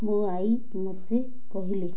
ମୋ ଆଈ ମୋତେ କହିଲେ